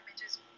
images